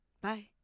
Bye